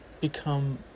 become